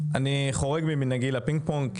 אני חורג ממנהגי משיטת הפינג פונג,